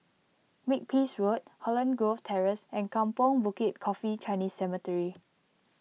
Makepeace Road Holland Grove Terrace and Kampong Bukit Coffee Chinese Cemetery